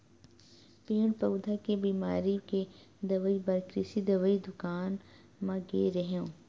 पेड़ पउधा के बिमारी के दवई बर कृषि दवई दुकान म गे रेहेंव